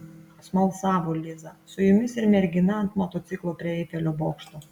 smalsavo liza su jumis ir mergina ant motociklo prie eifelio bokšto